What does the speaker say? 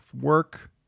work